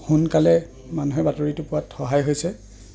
সোনকালে মানুহে বাতৰিটো পোৱাত সহায় হৈছে